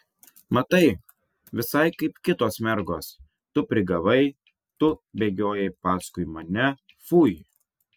matai visai kaip kitos mergos tu prigavai tu bėgiojai paskui mane pfui